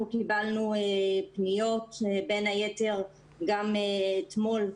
אנחנו קיבלנו פניות, בין היתר גם אתמול,